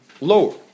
lower